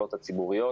במכללות הציבוריות.